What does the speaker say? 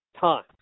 Time